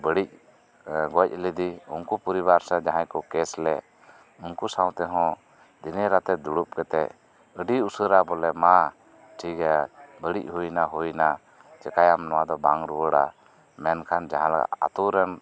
ᱵᱟᱹᱲᱤᱡ ᱜᱚᱡ ᱞᱮᱫᱮ ᱩᱱᱠᱩ ᱯᱚᱨᱤᱵᱟᱨ ᱥᱮ ᱡᱟᱸᱦ ᱟᱭ ᱠᱚ ᱠᱮᱥ ᱞᱮᱫ ᱩᱱᱠᱩ ᱥᱟᱶ ᱴᱮᱦᱚᱸ ᱫᱤᱱᱮ ᱨᱟᱛᱮ ᱫᱩᱲᱩᱵ ᱠᱟᱛᱮ ᱟᱹᱰᱤ ᱩᱥᱟᱹᱨᱟ ᱵᱚᱞᱮ ᱢᱟ ᱴᱷᱤᱠ ᱜᱮᱭᱟ ᱵᱟᱹᱲᱤᱡ ᱦᱩᱭᱮᱱᱟ ᱦᱩᱭᱮᱱᱟ ᱪᱮᱠᱟᱭᱟᱢ ᱱᱚᱣᱟ ᱫᱚ ᱵᱟᱝ ᱨᱩᱭᱟᱹᱲᱟ ᱢᱮᱱᱠᱷᱟᱱ ᱡᱟᱦᱟᱸ ᱟᱛᱳᱨᱮᱱ